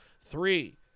three